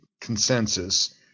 consensus